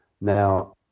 Now